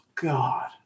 God